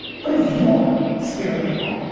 what is your spirit animal?